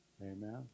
Amen